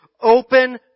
open